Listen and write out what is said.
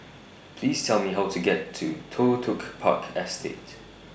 Please Tell Me How to get to Toh Tuck Park Estate